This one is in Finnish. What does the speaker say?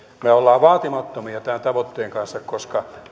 me olemme vaatimattomia tämän tavoitteen kanssa koska